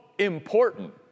important